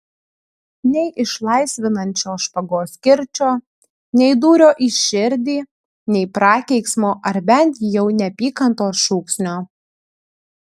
nei išlaisvinančio špagos kirčio nei dūrio į širdį nei prakeiksmo ar bent jau neapykantos šūksnio